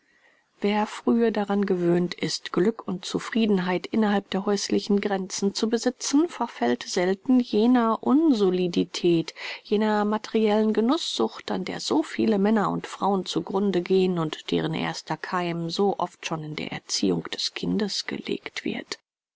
wer frühe daran gewöhnt ist glück und zufriedenheit innerhalb der häuslichen gränzen zu besitzen verfällt selten jener unsolidität jener materiellen genußsucht an der so viele männer und frauen zu grunde gehen und deren erster keim so oft schon in der erziehung des kindes gelegt wird